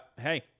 hey